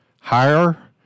higher